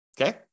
Okay